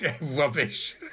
rubbish